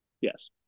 Yes